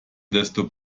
desto